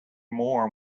more